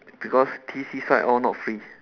because T_C side all not free